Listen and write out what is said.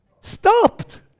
stopped